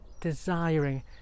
desiring